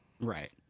Right